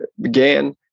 began